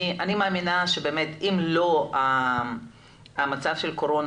אני מאמין שבאמת אם לא המצב של קורונה